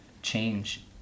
change